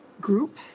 group